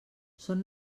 són